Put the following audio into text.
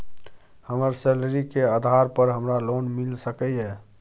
हमर सैलरी के आधार पर हमरा लोन मिल सके ये?